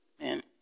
man